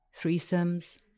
threesomes